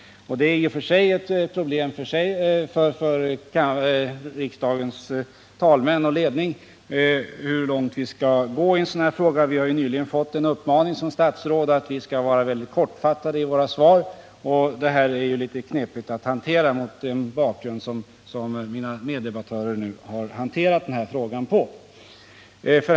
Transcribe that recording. Det är i och för sig ett problem för riksdagens talmän och ledning hur långt vi skall gå i en sådan här fråga. Vi har nyligen fått en uppmaning som statsråd att vi skall vara mycket kortfattade i våra svar. Det är litet knepigt att efterfölja den uppmaningen mot bakgrund av det sätt på vilket mina meddebattörer har hanterat den här frågan.